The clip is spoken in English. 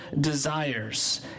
desires